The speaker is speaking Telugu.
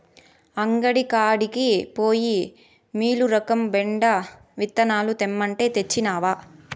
అంగడి కాడికి పోయి మీలురకం బెండ విత్తనాలు తెమ్మంటే, తెచ్చినవా